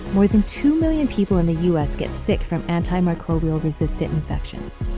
more than two million people in the us get sick from antimicrobial resistant infections,